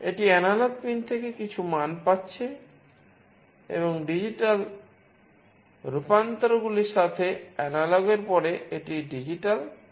এটি LDR থেকে কিছু মান মুদ্রণ করছে এটি অ্যানালগ এর পরে এটি ডিজিটাল মান দেখাচ্ছে